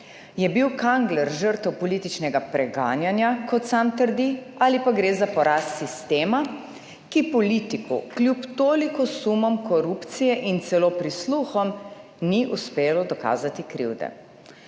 »Je bil Kangler žrtev političnega preganjanja, kot sam trdi, ali pa gre za poraz sistema, ki politiku kljub toliko sumom korupcije in celo prisluhom ni uspelo dokazati krivde.«.